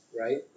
right